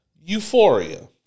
euphoria